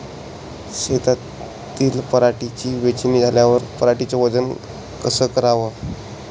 शेतातील पराटीची वेचनी झाल्यावर पराटीचं वजन कस कराव?